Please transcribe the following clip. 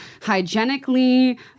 hygienically